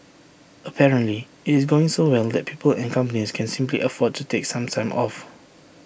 apparently IT is going so well that people and companies can simply afford to take some time off